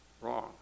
wrong